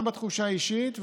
גם בתחושה האישית,